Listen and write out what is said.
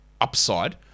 upside